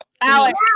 Alex